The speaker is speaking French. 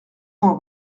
cent